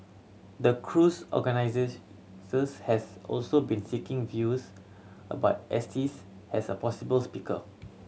the cruise has also been seeking views about Estes as a possible speaker